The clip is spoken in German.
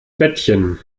bettchen